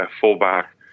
fullback